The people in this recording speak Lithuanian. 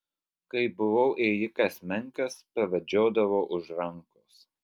kai buvau ėjikas menkas pavedžiodavo už rankos